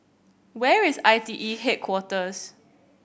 where is I T E Headquarters